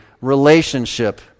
relationship